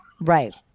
Right